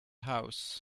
house